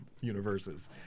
universes